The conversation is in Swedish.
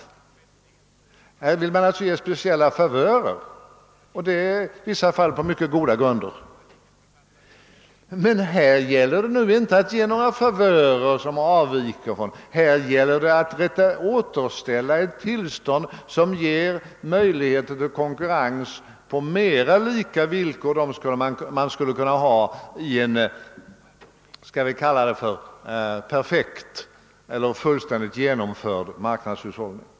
I dessa fall vill man alltså ge speciella favörer, och det sker i vissa fall på mycket goda grunder. Men i detta fall gäller det inte att ge några favörer, här gäller det att återställa ett tillstånd som ger möjligheter till konkurrens på villkor mera liknande dem man skulle ha i en fullständigt genomförd marknadshushållning.